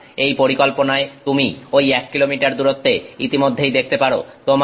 সুতরাং এই পরিকল্পনায় তুমি ঐ 1 কিলোমিটার দূরত্বে ইতিমধ্যেই দেখতে পারো